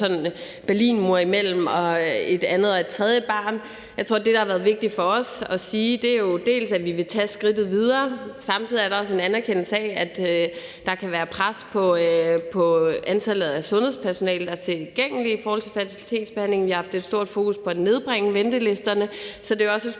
Berlinmur imellem et andet og et tredje barn. Jeg tror, at det, der har været vigtigt for os at sige, er dels, at vi vil tage skridtet videre, og samtidig er der også en anerkendelse af, at der kan være pres på antallet af sundhedspersonale, der er tilgængeligt i forhold til fertilitetsbehandling, og vi har haft et stort fokus på at nedbringe ventelisterne. Så det er jo også et spørgsmål